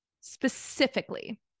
specifically